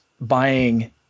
buying